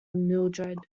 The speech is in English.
mildred